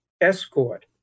escort